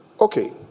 Okay